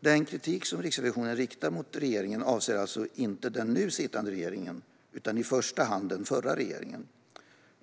Den kritik som Riksrevisionen riktar mot regeringen avser alltså inte den nu sittande regeringen utan i första hand den förra regeringen.